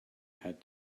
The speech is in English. had